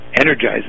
energizes